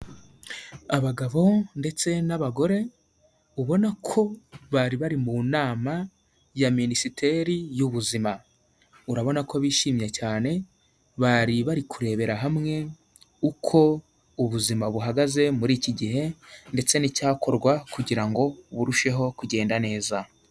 Abagabo ndetse n'abagore ubona ko bari bari mu nama ya minisiteri y'ubuzima, urabona ko bishimye cyane bari bari kurebera hamwe uko ubuzima buhagaze muri iki gihe ndetse n'icyakorwa kugira ngo burusheho kugenda neza.